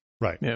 Right